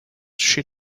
she